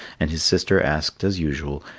and his sister asked as usual,